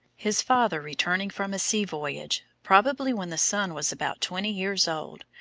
his father returning from a sea voyage, probably when the son was about twenty years old,